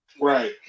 Right